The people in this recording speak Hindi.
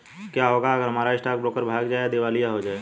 क्या होगा अगर हमारा स्टॉक ब्रोकर भाग जाए या दिवालिया हो जाये?